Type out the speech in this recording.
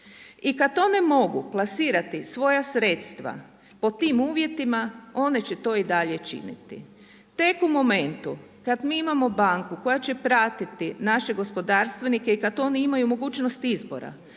I kada to ne mogu plasirati svoja sredstva pod tim uvjetima, one će to i dalje činiti. Tek u momentu kada mi imamo banku koja će pratiti naše gospodarstvenike i kada oni imaju mogućnost izbora,